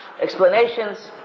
explanations